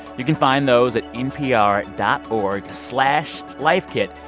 you can find those at npr dot org slash lifekit.